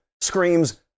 screams